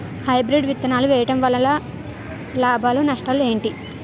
Hybrid విత్తనాలు వేయటం వలన లాభాలు నష్టాలు ఏంటి?